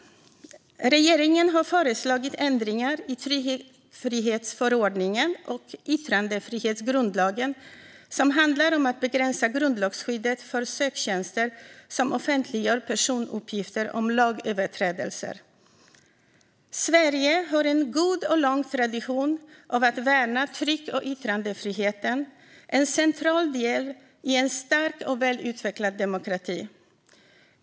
Regeringen har föreslagit ändringar i tryckfrihetsförordningen och yttrandefrihetsgrundlagen som handlar om att begränsa grundlagsskyddet för söktjänster som offentliggör personuppgifter om lagöverträdelser. Sverige har en god och lång tradition av att värna tryck och yttrandefriheten, en central del i en stark och välutvecklad demokrati.